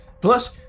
Plus